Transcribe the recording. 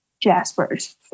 jaspers